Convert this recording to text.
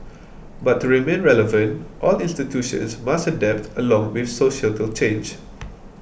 but to remain relevant all institutions must adapt along with societal change